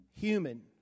human